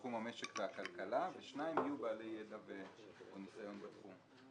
מתחום המשק והכלכלה ושניים יהיו בעלי ידע או ניסיון בתחום.